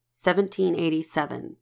1787